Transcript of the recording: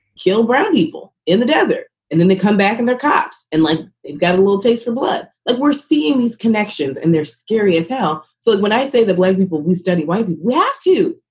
kill brown people in the desert. and then they come back and they're cops and like they've got a little taste for blood. but we're seeing these connections and they're scary as hell. so when i say the blood people, we study white. we have